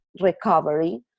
recovery